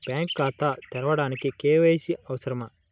Bank ఖాతా తెరవడానికి KYC అవసరమా?